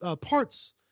parts